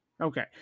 okay